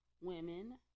women